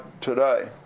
today